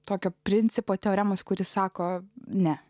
tokio principo teoremos kuri sako ne